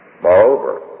Moreover